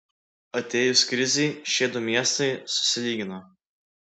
atėjus krizei šie du miestai susilygino